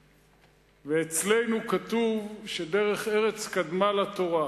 ואצלנו כתוב שדרך ארץ קדמה לתורה.